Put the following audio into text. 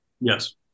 Yes